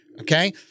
Okay